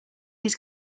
his